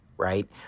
right